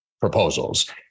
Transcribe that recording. proposals